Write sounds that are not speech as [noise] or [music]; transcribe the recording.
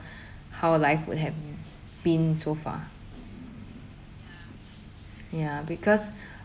[breath] how life would have been so far ya because